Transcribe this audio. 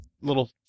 little